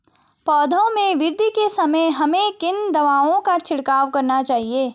पौधों में वृद्धि के समय हमें किन दावों का छिड़काव करना चाहिए?